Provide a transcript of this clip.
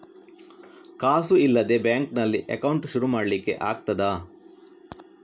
ಕಾಸು ಇಲ್ಲದ ಬ್ಯಾಂಕ್ ನಲ್ಲಿ ಅಕೌಂಟ್ ಶುರು ಮಾಡ್ಲಿಕ್ಕೆ ಆಗ್ತದಾ?